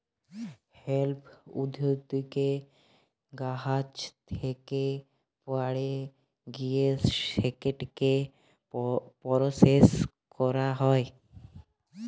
hemp উদ্ভিদকে গাহাচ থ্যাকে পাড়ে লিঁয়ে সেটকে পরসেস ক্যরা হ্যয়